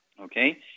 okay